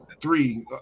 three